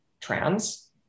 trans